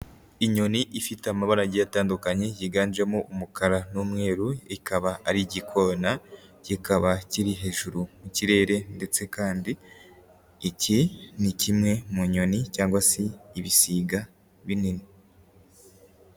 Inyoni ifite amabara agiye atandukanye yiganjemo umukara n'umweru, ikaba ari igikona, kikaba kiri hejuru mu kirere ndetse kandi iki ni kimwe mu nyoni cyangwa se ibisiga binini.